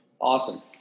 Awesome